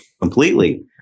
completely